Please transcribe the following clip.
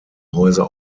häuser